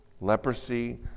leprosy